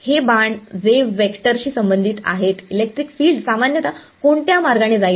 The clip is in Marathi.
हे बाण वेव्ह वेक्टर शी संबंधित आहेत इलेक्ट्रिक फील्ड सामान्यत कोणत्या मार्गाने जाईल